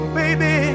baby